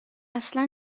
اصلا